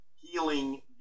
healing